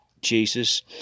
Jesus